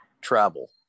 travel